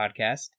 podcast